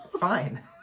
fine